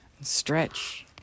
stretch